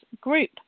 group